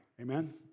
Amen